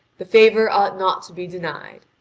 the favour ought not to be denied.